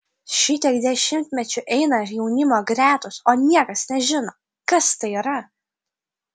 šitiek dešimtmečių eina jaunimo gretos o niekas nežino kas tai yra